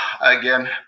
again